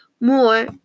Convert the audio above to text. more